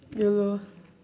YOLO